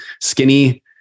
skinny